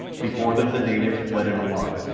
before them the natives fled in alarm,